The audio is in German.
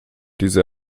diese